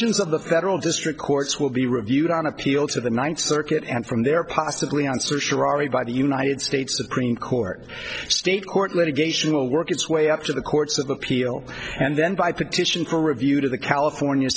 the federal district courts will be reviewed on appeal to the ninth circuit and from there possibly answer surely by the united states supreme court state court litigation will work its way up to the courts of appeal and then by petition for review to the california